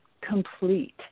complete